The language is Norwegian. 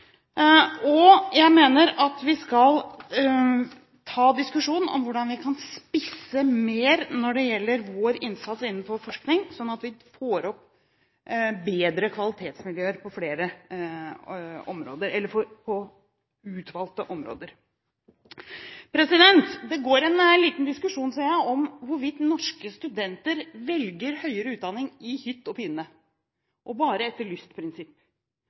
det. Jeg mener også at vi skal ta diskusjonen om hvordan vi kan spisse innsatsen vår mer innenfor forskning, sånn at vi får bedre kvalitetsmiljøer på flere eller utvalgte områder. Jeg ser det går en liten diskusjon om hvorvidt norske studenter velger høyere utdanning i hytt og pine og bare etter